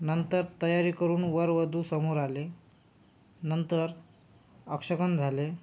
नंतर तयारी करून वर वधू समोर आले नंतर साक्षगंध झाले